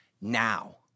now